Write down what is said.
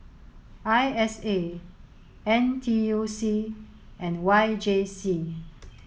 I S A N T U C and Y J C